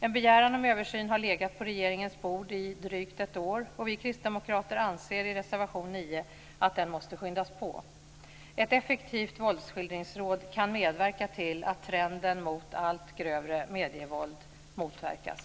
En begäran om översyn har legat på regeringens bord i drygt ett år, och vi kristdemokrater anser i reservation 9 att den måste skyndas på. Ett effektivt våldsskildringsråd kan medverka till att trenden mot allt grövre medievåld motverkas.